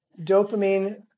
Dopamine